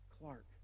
Clark